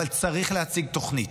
אבל צריך להציג תוכנית.